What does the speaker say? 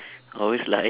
always lie